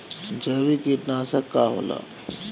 जैविक कीटनाशक का होला?